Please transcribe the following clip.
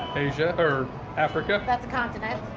asia, or africa. that's a continent.